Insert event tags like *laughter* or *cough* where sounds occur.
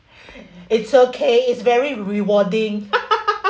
it's okay it's very rewarding *laughs*